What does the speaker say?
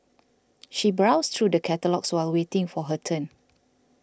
she browsed through the catalogues while waiting for her turn